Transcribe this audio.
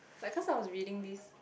like cause I was reading this